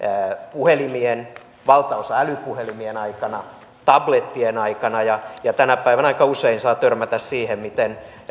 puhelimien aikana valtaosa älypuheli mien aikana tablettien aikana ja ja tänä päivänä aika usein saa törmätä siihen miten